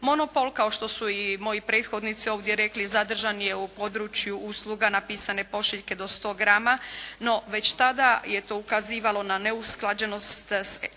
Monopol, kao što su i moji prethodnici ovdje rekli, zadržan je u području usluga napisane pošiljke do 100 grama, no već tada je to ukazivalo na neusklađenost s